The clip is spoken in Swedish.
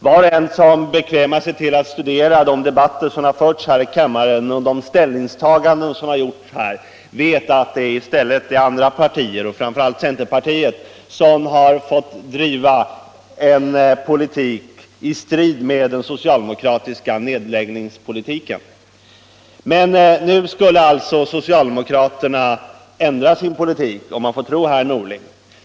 Var och en som bekvämar sig till att studera de debatter som har förts här i kammaren och de ställningstaganden som har gjorts här vet att det i stället är andra partier, framför allt centerpartiet, som har fått driva en politik i strid med den socialdemokratiska nedläggningspolitiken. Men nu skulle alltså socialdemokraterna ändra sin politik, om man får tro herr Norling.